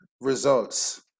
results